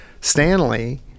Stanley